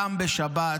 גם בשבת,